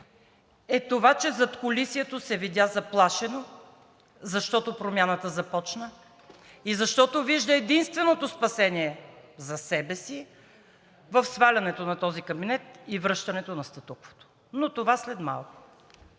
е това, че задкулисието се видя заплашено, защото промяната започна и защото вижда единственото спасение за себе си в свалянето на този кабинет и връщането на статуквото. Но това след малко.